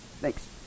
Thanks